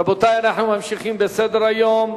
רבותי, אנחנו ממשיכים בסדר-היום: